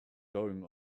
going